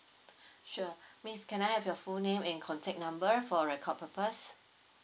sure miss can I have your full name and contact number for record purpose